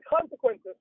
consequences